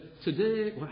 today